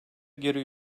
geri